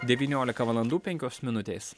devyniolika valandų penkios minutės